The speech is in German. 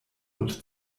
und